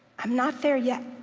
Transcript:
i'm not there yet,